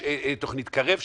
יש תוכנית קרב שנופלת.